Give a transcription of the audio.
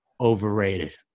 Overrated